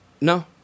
No